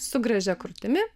su gražia krūtimi